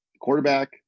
quarterback